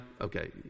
okay